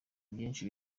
byinshi